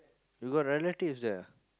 you got relatives there ah